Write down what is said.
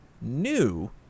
new